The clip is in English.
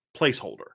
placeholder